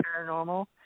Paranormal